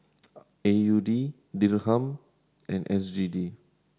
A U D Dirham and S G D